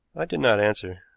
i did not answer.